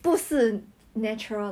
the heck but